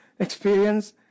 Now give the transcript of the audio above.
Experience